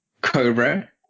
Cobra